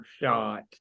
shot